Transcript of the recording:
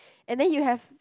and then you have